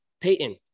Peyton